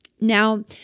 Now